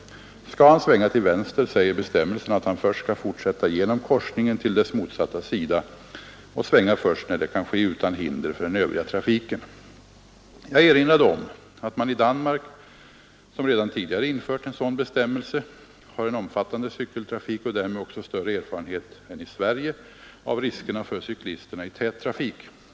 Skall han svänga till vänster säger bestämmelsen att han först skall fortsätta genom korsningen till dess motsatta sida och svänga först när det kan ske utan hinder för den övriga trafiken. Jag erinrade om att man i Danmark, som redan tidigare infört en sådan bestämmelse, har en omfattande cykeltrafik och därmed också större erfarenhet än i Sverige av riskerna för cyklisterna i tät trafik.